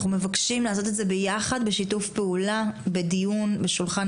אנחנו מבקשים לעשות את זה ביחד בשיתוף פעולה בדיון בשולחן